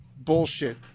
bullshit